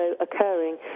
occurring